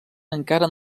encara